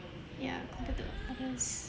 ya compared to others